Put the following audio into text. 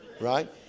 right